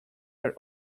are